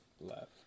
left